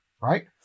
right